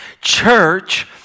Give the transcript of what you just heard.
Church